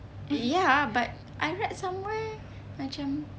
ya but I read somewhere macam